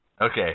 Okay